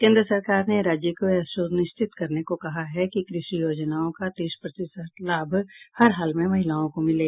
केन्द्र सरकार ने राज्य को यह सुनिश्चित करने को कहा है कि कृषि योजनाओं का तीस प्रतिशत लाभ हर हाल में महिलाओं को मिले